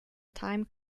time